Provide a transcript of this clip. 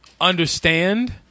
understand